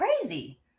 crazy